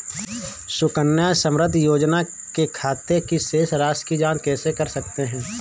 सुकन्या समृद्धि योजना के खाते की शेष राशि की जाँच कैसे कर सकते हैं?